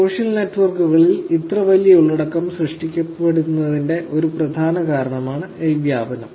social നെറ്റ്വർക്കുകളിൽ ഇത്ര വലിയ ഉള്ളടക്കം സൃഷ്ടിക്കപ്പെടുന്നതിന്റെ ഒരു പ്രധാന കാരണമാണ് ഈ വ്യാപനം